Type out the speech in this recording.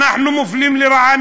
אנחנו מופלים לרעה,